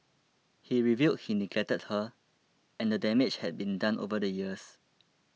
he revealed he neglected her and the damage had been done over the years